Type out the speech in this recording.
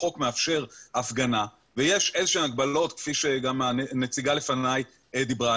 החוק מאפשר הפגנה ויש איזה שהן הגבלות כפי שגם הנציגה לפני דיברה,